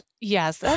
Yes